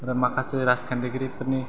ओमफ्राय माखासे राजखान्थिगिरिफोरनि